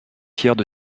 pierres